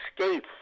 escape